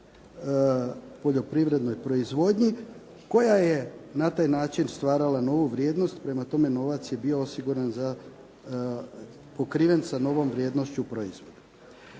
poljoprivrednoj proizvodnji koja je na taj način stvarala novu vrijednost. Prema tome, novac je bio osiguran za pokriven sa novom vrijednošću proizvoda.